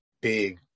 big